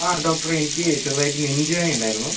ആ ഡോക്ടറെ എനിക്ക് ചെറുതായിട്ട് നെഞ്ചുവേദന ഉണ്ടായിരുന്നു